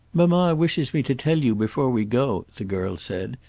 mamma wishes me to tell you before we go, the girl said,